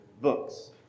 books